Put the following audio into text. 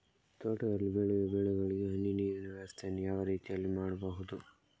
ತೋಟದಲ್ಲಿ ಬೆಳೆಯುವ ಬೆಳೆಗಳಿಗೆ ಹನಿ ನೀರಿನ ವ್ಯವಸ್ಥೆಯನ್ನು ಯಾವ ರೀತಿಯಲ್ಲಿ ಮಾಡ್ಬಹುದು?